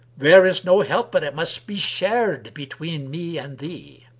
there is no help but it must be shared between me and thee.